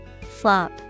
Flop